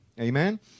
Amen